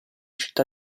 città